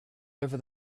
over